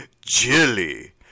Jilly